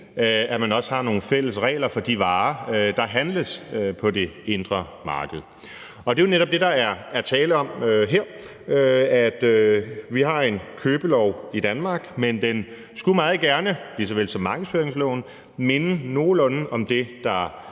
at man også har nogle fælles regler for de varer, der handles på det indre marked. Det er jo netop det, der er tale om her. Vi har en købelov i Danmark, men den skulle meget gerne lige så vel som markedsføringsloven minde nogenlunde om det, der